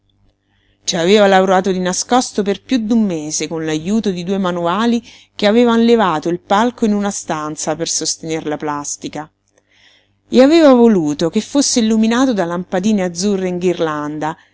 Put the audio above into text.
aveva lavorato di nascosto per piú d'un mese con l'ajuto di due manovali che avevan levato il palco in una stanza per sostener la plastica e aveva voluto che fosse illuminato da lampadine azzurre in ghirlanda